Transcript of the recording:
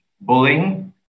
bullying